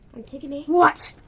antigone. what!